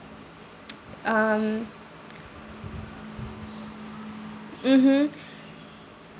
um mmhmm